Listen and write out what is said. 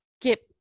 get